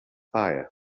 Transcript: fire